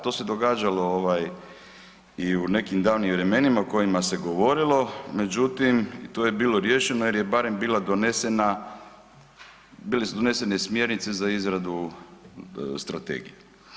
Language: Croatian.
To se da, to se događalo i u nekim davnim vremenima o kojima se govorilo, međutim to je bilo riješeno jer je barem bila donesena, bile su donesene smjernice za izradu strategije.